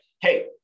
hey